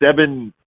seven